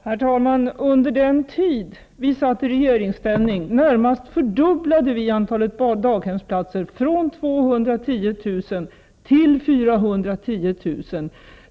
Herr talman! Under den tid vi satt i regeringsställ ning närmast fördubblade vi antalet daghemsplat ser, från 210 000 till 410 000.